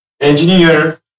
engineer